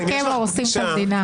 רק הם הורסים את המדינה.